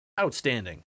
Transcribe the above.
outstanding